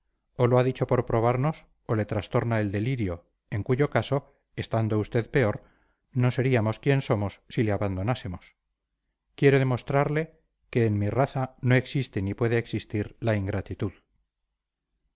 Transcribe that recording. o lo ha dicho por probarnos o le trastorna el delirio en cuyo caso estando usted peor no seríamos quien somos si le abandonásemos quiero demostrarle que en mi raza no existe ni puede existir la ingratitud